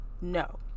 No